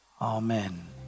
Amen